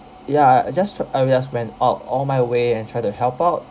ya I I just I just went out all my way and try to help out